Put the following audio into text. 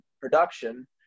production